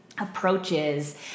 Approaches